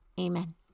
Amen